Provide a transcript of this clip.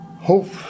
Hope